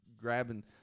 grabbing